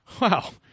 Wow